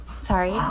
sorry